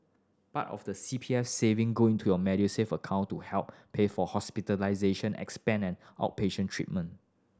part of the C P F saving go into your Medisave account to help pay for hospitalization expense and outpatient treatment